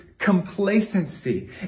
complacency